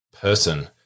person